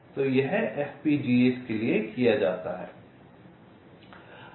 तो यह FPGAs के लिए किया जाता है